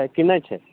है कि नहि छै